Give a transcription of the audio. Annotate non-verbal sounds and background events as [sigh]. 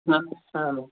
[unintelligible]